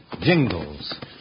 Jingles